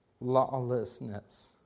Lawlessness